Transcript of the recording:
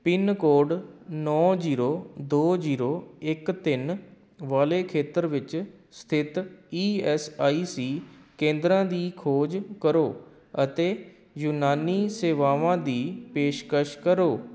pin code ਨੌਂ zero ਦੋ zero ਇਕ ਤਿੰਨ ਵਾਲੇ ਖੇਤਰ ਵਿੱਚ ਸਥਿਤ ਈ ਐੱਸ ਆਈ ਸੀ ਕੇਂਦਰਾਂ ਦੀ ਖੋਜ ਕਰੋ ਅਤੇ ਯੂਨਾਨੀ ਸੇਵਾਵਾਂ ਦੀ ਪੇਸ਼ਕਸ਼ ਕਰੋ